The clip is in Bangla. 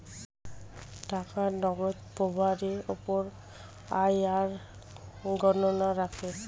টাকার নগদ প্রবাহের উপর আইআরআর গণনা রাখে